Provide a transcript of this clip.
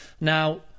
Now